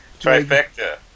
Trifecta